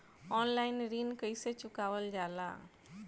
Online ऋण कईसे चुकावल जाला?